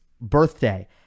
birthday